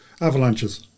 avalanches